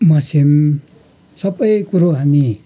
मस्याङ सबै कुरो हामी